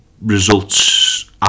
Results